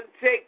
take